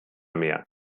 mehr